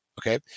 Okay